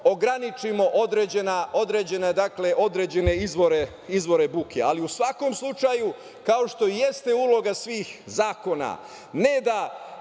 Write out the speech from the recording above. ograničimo određene izvore buke. U svakom slučaju, kao što i jeste uloga svih zakona, ne da